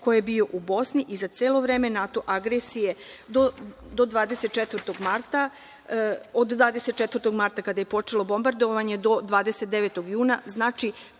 ko je bio u Bosni i za celo vreme NATO agresija i od 24. marta kada je počelo bombardovanje, do 29. juna. Znači,